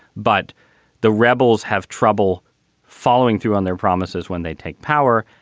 but the rebels have trouble following through on their promises when they take power.